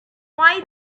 why